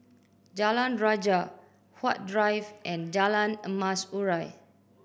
Jalan Rajah Huat Drive and Jalan Emas Urai